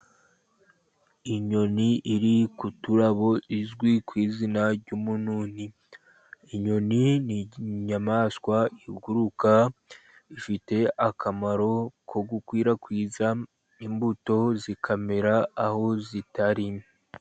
Inyoni iri ku turabo izwi ku izina ry'umununi, inyoni ni inyamaswa iguruka, ifite akamaro ko gukwirakwiza imbuto zikamera aho zitari .